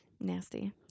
Nasty